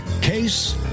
Case